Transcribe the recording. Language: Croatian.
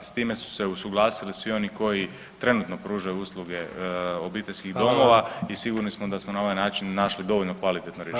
S time su se usuglasili svi oni koji trenutno pružaju usluge obiteljskih domova [[Upadica: Hvala.]] i sigurni smo da smo na ovaj način našli dovoljno kvalitetno rješenje.